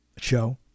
show